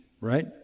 right